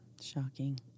shocking